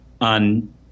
on